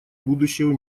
будущего